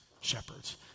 shepherds